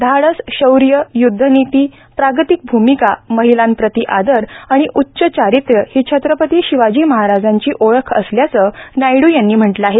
धाडस शौर्य युदधनीती प्रागतिक भूमिका महिलांप्रती आदर आणि उच्च चारित्र्य ही छत्रपती शिवाजी महाराजांची ओळख असल्याचं नायड् यांनी म्हटलं आहे